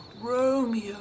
Romeo